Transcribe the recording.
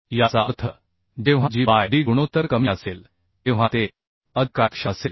याचा अर्थ जेव्हा g बाय d गुणोत्तर कमी असेल तेव्हा ते अधिक कार्यक्षम असेल